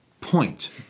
Point